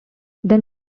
then